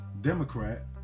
Democrat